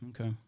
Okay